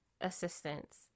assistance